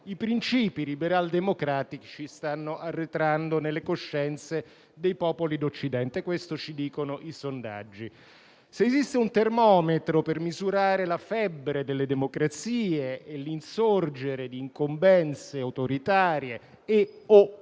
I principi liberaldemocratici stanno arretrando nelle coscienze dei popoli d'Occidente. Questo ci dicono i sondaggi. Se esiste un termometro per misurare la febbre delle democrazie e l'insorgere di incombenze autoritarie e/o